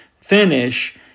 finish